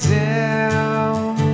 down